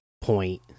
point